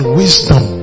wisdom